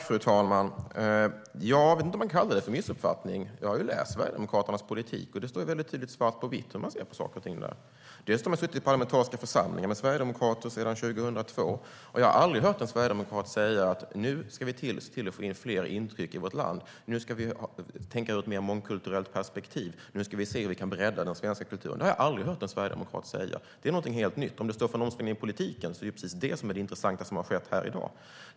Fru talman! Jag vet inte om man kan kalla det för missuppfattning. Jag har ju läst Sverigedemokraternas förslag, och det står tydligt, svart på vitt, hur man ser på saker och ting där. Jag har suttit i parlamentariska församlingar med sverigedemokrater sedan 2002, och jag har aldrig hört en sverigedemokrat säga: Nu ska vi se till att få in fler intryck i vårt land, tänka ur ett mer mångkulturellt perspektiv och se hur vi kan bredda den svenska kulturen. Det har jag aldrig hört en sverigedemokrat säga. Det här är någonting helt nytt. Om det står för en omställning i politiken är det intressant och har skett här i dag.